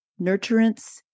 nurturance